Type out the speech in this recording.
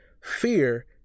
fear